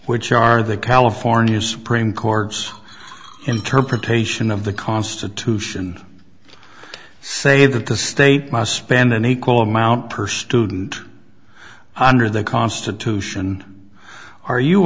which are the california supreme court's interpretation of the constitution say that the state must spend an equal amount per student under the constitution are you